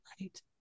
right